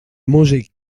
músic